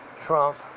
Trump